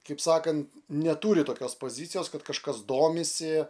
kaip sakant neturi tokios pozicijos kad kažkas domisi